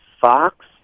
Fox